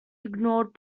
ignored